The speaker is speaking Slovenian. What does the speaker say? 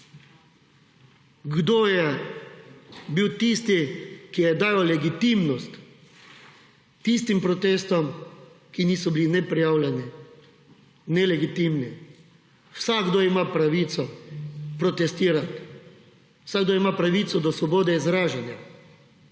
Kdo je bil tisti, ki je dajal legitimnost tistim protestom, ki niso bili neprijavljeni, nelegitimni? Vsakdo ima pravico protestirati, vsakdo ima pravico do svobode izražanja,